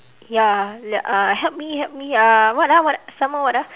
ya like uh help me help me uh what ah what some more what ah